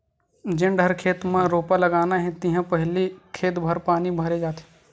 जेन डहर खेत म रोपा लगाना हे तिहा पहिली खेत भर पानी भरे जाथे